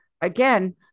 again